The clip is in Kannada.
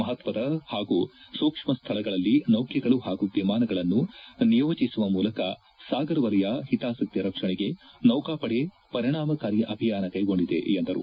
ಮಹತ್ವದ ಹಾಗೂ ಸೂಕ್ಷ್ಮ ಸ್ಥಳಗಳಲ್ಲಿ ನೌಕೆಗಳು ಹಾಗೂ ವಿಮಾನಗಳನ್ನು ನಿಯೋಜಿಸುವ ಮೂಲಕ ಸಾಗರ ವಲಯ ಹಿತಾಸಕ್ತಿ ರಕ್ಷಣೆಗೆ ನೌಕಾಪಡೆ ಪರಿಣಾಮಕಾರಿ ಅಭಿಯಾನ ಕೈಗೊಂಡಿದೆ ಎಂದರು